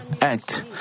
act